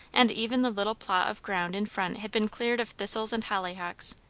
and even the little plot of ground in front had been cleared of thistles and hollyhocks,